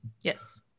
Yes